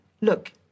look